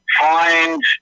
find